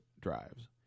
drives